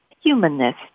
humanness